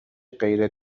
غیر